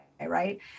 right